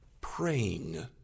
praying